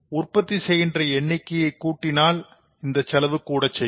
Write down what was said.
உற்பத்தி செய்கின்ற எண்ணிக்கை கூடினால் இந்தசெலவு கூடச்செய்யும்